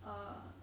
uh